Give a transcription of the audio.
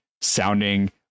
sounding